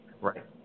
Right